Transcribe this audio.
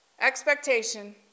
expectation